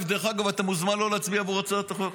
דרך אגב, אתה מוזמן לא להצביע בהצעת החוק,